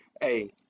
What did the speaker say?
Hey